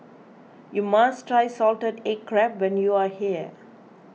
you must try Salted Egg Crab when you are here